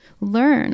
learn